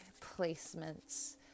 placements